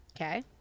Okay